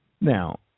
now